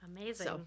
amazing